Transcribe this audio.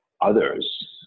others